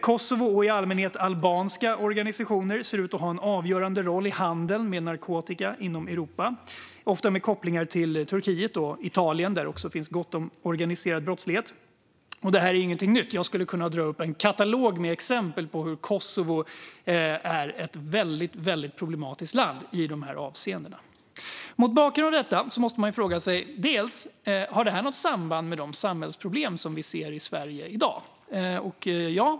Kosovo, och i allmänhet albanska organisationer, ser ut att ha en avgörande roll i handeln med narkotika inom Europa, ofta med kopplingar till Turkiet och Italien där det också finns gott om organiserad brottslighet. Detta är ingenting nytt. Jag skulle kunna dra upp en katalog med exempel på hur Kosovo är ett väldigt problematiskt land i dessa avseenden. Mot bakgrund av detta måste man ställa frågan: Har detta något samband med de samhällsproblem som vi ser i Sverige i dag?